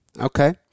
Okay